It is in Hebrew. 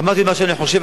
אמרתי מה שאני חושב,